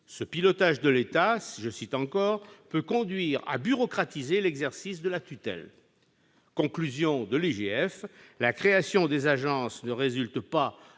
le pilotage de l'État peut « conduire à bureaucratiser l'exercice de la tutelle ». Conclusion de l'IGF : la création des agences ne résulte pas